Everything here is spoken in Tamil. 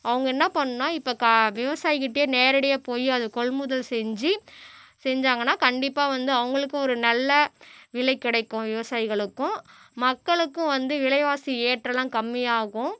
அவங்க என்ன பண்ணுன்னால் இப்போ கா விவசாயிக்கிட்டேயே நேரடியாக போய் அதை கொள்முதல் செஞ்சு செஞ்சாங்கனால் கண்டிப்பாக வந்து அவங்களுக்கு ஒரு நல்ல விலை கிடைக்கும் விவசாயிகளுக்கும் மக்களுக்கும் வந்து விலைவாசி ஏற்றமெல்லாம் கம்மியாகும்